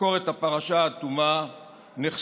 לחקור את הפרשה עד תומה נחסמו.